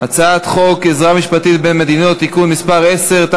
הצעת חוק עזרה משפטית בין מדינות (תיקון מס' 10),